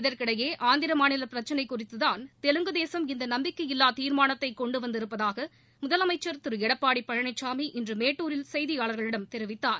இதற்கிடையே ஆந்திர மாநில பிரச்சினை குறித்து தான் தெலுங்கு தேசம் இந்த நம்பிக்கை இல்லா தீர்மானத்தை கொண்டு வந்திருப்பதாக முதலமைச்சர் திரு எடப்பாடி பழனிசாமி இன்று மேட்டுரில் செய்தியாளர்களிடம் தெரிவித்தார்